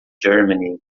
germany